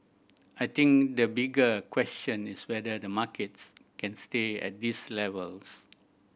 I think the bigger question is whether the markets can stay at these levels